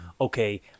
okay